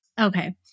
Okay